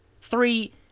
Three